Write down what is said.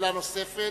שאלה נוספת.